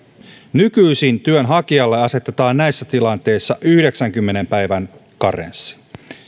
nykyisin työnhakijalle asetetaan näissä tilanteissa yhdeksänkymmenen päivän karenssi